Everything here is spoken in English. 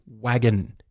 wagon